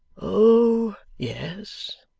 oh, yes,